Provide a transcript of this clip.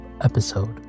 episode